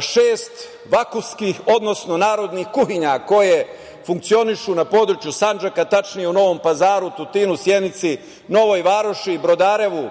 šest vakufskih odnosno narodnih kuhinja koje funkcionišu na području Sandžaka, tačnije u Novom Pazaru, Tutinu, Sjenici, Novoj Varoši, Brodarevu,